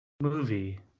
movie